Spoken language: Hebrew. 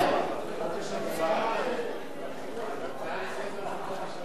תוכניות ליישובים הבדואיים בנגב),